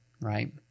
right